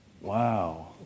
Wow